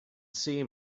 see